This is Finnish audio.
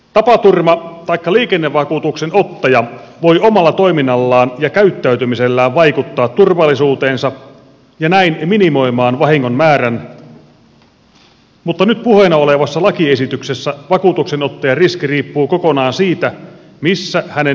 tapaturma taikka liikennevakuutuksen ottaja voi omalla toiminnallaan ja käyttäytymisellään vaikuttaa turvallisuuteensa ja näin minimoida vahingon määrän mutta nyt puheena olevassa lakiesityksessä vakuutuksenottajan riski riippuu kokonaan siitä missä hänen viljelyksensä ovat